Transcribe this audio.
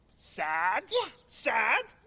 sad? yeah. sad?